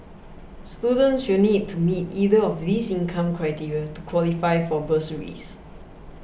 students will need to meet either of these income criteria to qualify for bursaries